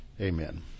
Amen